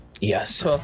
Yes